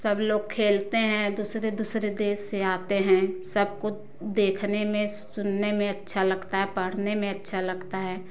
सब लोग खेलते हैं दूसरे दूसरे देश से आते हैं सब कुछ देखने में सुनने में अच्छा लगता है पढ़ने में अच्छा लगता है